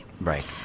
Right